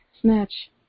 snatch